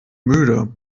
müde